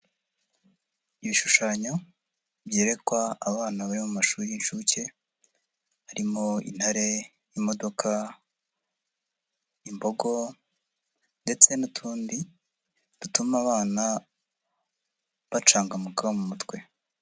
Ibishushanyo byerekwa abana bari mu mashuri y'inshuke harimo: intare, imodoka, imbogo ndetse n'utundi dutuma abana bacangamuka mu mutwe.